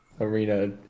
arena